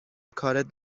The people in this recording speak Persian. کارت